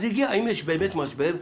אז אם יש באמת משבר,